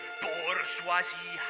bourgeoisie